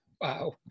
Wow